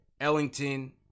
Ellington